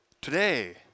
Today